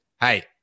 Hey